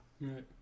right